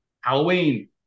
Halloween